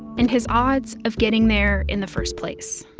and his odds of getting there in the first place?